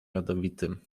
jadowitym